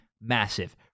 massive